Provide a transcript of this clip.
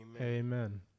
Amen